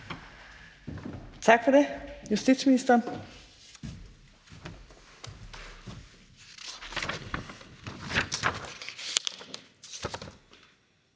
Tak for det. Justitsministeren.